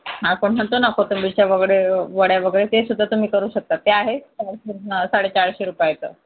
आपण म्हणतो ना कोथिंबिरीच्या वडे वड्या वगैरे तेसुद्धा तुम्ही करू शकतात ते आहे चारशे साडे चारशे रुपयाचं